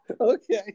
Okay